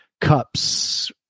cups